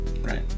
Right